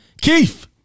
Keith